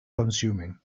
consuming